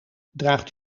draagt